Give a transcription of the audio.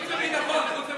חוץ וביטחון.